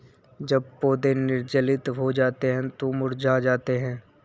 जब पौधे निर्जलित हो जाते हैं तो मुरझा जाते हैं